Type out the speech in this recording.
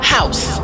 House